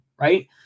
Right